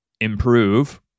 improve